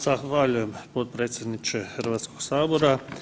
Zahvaljujem potpredsjedniče Hrvatskog sabora.